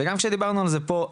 וגם כשדיברנו על זה פה,